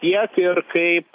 tiek ir kaip